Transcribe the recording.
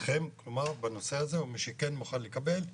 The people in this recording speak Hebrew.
אתכם בנושא הזה או מי שכן מוכן לקבל.